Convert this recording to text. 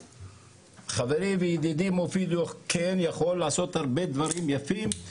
חברי וידידי מופיד יכול לעשות הרבה דברים יפים,